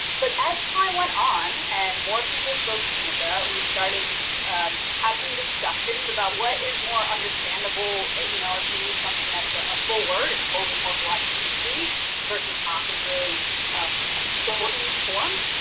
but as time went on and more people spoke tunica we started having discussions about what is more understandable, you know, if we use something that's ah a full word, it's fully morphologically complete versus haas's really ah shortened forms